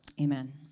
Amen